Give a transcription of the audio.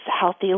healthy